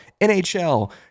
NHL